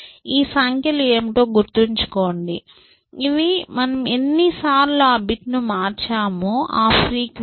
ఈ సంఖ్యలు ఏమిటో గుర్తుంచుకొండి ఇవి మీరు ఎన్నిసార్లు ఆ బిట్ను మార్చారో ఆ ఫ్రీక్వెన్సీ